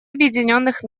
объединенных